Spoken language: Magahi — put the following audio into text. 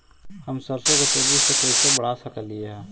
हम सरसों के तेजी से कैसे बढ़ा सक हिय?